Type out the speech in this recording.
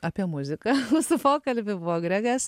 apie muziką mūsų pokalbį buvo gregas